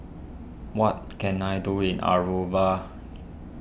what can I do in Aruba